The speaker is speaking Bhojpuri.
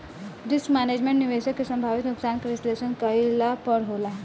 रिस्क मैनेजमेंट, निवेशक के संभावित नुकसान के विश्लेषण कईला पर होला